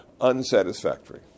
unsatisfactory